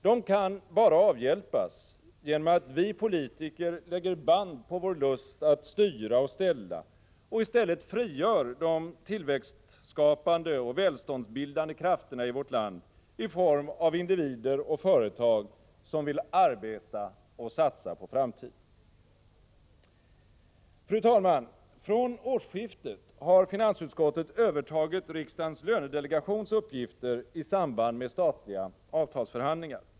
De kan endast avhjälpas genom att vi politiker lägger band på vår lust att styra och ställa och i stället frigör de tillväxtskapande och välståndsbildande krafterna i vårt land i form av individer och företag som vill arbeta och satsa för framtiden. Fru talman! Från årsskiftet har finansutskottet övertagit riksdagens lönedelegations uppgifter i samband med statliga avtalsförhandlingar.